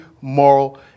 moral